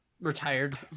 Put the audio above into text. Retired